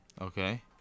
Okay